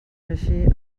així